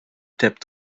taped